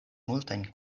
multajn